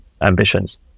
ambitions